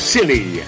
Silly